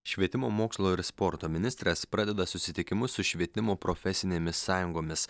švietimo mokslo ir sporto ministras pradeda susitikimus su švietimo profesinėmis sąjungomis